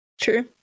True